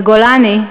בגולני,